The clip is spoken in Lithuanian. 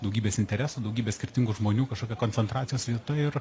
daugybės interesų daugybės skirtingų žmonių kažkokia koncentracijos vieta ir